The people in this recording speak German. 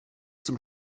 zum